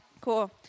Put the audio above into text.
Cool